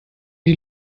die